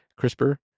CRISPR